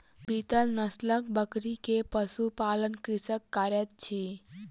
बीतल नस्लक बकरी के पशु पालन कृषक करैत अछि